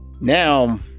now